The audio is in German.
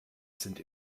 sind